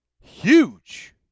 huge